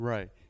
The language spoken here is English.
Right